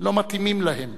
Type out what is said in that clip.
לא מתאימות להם.